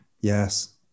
Yes